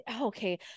okay